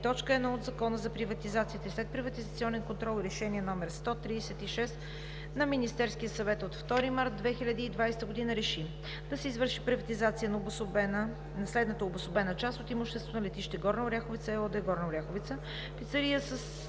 ал. 3, т. 1 от Закона за приватизация и следприватизационен контрол и Решение № 136 на Министерския съвет от 2 март 2020 г. РЕШИ: Да се извърши приватизация на следната обособена част от имуществото на „Летище Горна Оряховица“ ЕООД – Горна Оряховица: Пицария със